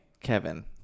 Kevin